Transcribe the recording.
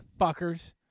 fuckers